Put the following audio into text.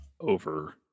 over